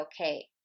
okay